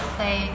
say